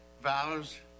vows